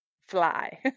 fly